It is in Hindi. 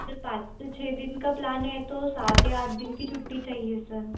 सर पाँच से छः दिन का प्लान है तो सात या आठ दिन की छुट्टी चाहिए सर